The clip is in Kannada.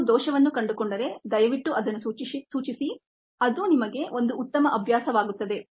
ನೀವು ದೋಷವನ್ನು ಕಂಡುಕೊಂಡರೆ ದಯವಿಟ್ಟು ಅದನ್ನು ಸೂಚಿಸಿಅದು ನಿಮಗೆ ಒಂದು ಉತ್ತಮ ಅಭ್ಯಾಸವಾಗುತ್ತದೆ